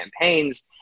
campaigns